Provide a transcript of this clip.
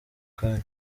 kanya